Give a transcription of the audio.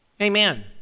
Amen